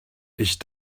ich